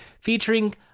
featuring